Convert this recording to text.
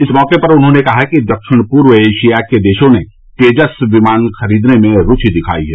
इस मौके पर उन्होंने कहा कि दक्षिण पूर्व एशिया के देशों ने तेजस विमान खरीदने में रूचि दिखाई है